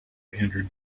andrew